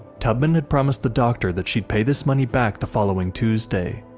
tubman had promised the doctor that she'd pay this money back the following tuesday,